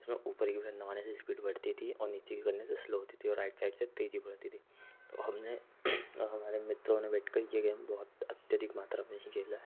जिसमें ऊपर की बटन दबाने से इस्पीड बढ़ती थी और नीचे की करने से स्लो होती थी और राइट साइड से तेज़ी बढ़ती थी तो हम ने और हमारे मित्रों ने बैठ कर ये गेम बहुत अत्यधिक मात्रा में खेला है